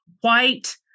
white